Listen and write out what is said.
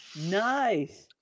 Nice